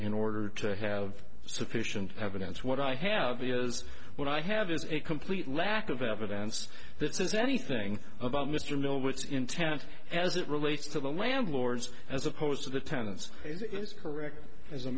in order to have sufficient evidence what i have is what i have is a complete lack of evidence that says anything about mr mill with intent as it relates to the landlords as opposed to the tenants it's correct as a